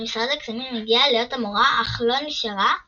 ממשרד הקסמים הגיעה להיות המורה אך לא נשארה בהוגוורטס.